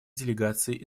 делегацией